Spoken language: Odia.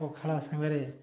ପଖାଳ ସାଙ୍ଗରେ